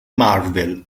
marvel